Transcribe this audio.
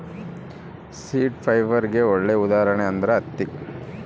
seed ಫೈಬರ್ಗೆ ಒಳ್ಳೆ ಉದಾಹರಣೆ ಅಂದ್ರೆ ಹತ್ತಿ